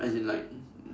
as in like